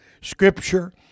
scripture